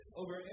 over